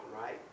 right